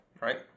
right